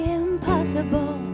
impossible